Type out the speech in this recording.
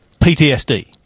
PTSD